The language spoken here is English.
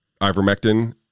ivermectin